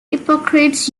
hippocrates